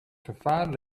gevaar